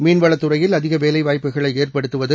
மீன்வளத்துறையில் அதிக வேலைவாய்ப்புகளை ஏற்படுத்துவது